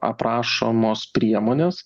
aprašomos priemonės